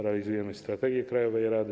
Realizujemy strategię krajowej rady.